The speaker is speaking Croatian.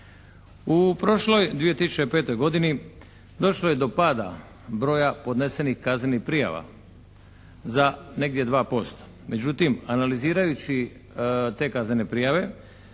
U prošloj 2005. godini došlo je do pada broja podnesenih kaznenih prijava za negdje 2%. Međutim, analizirajući te kaznene prijave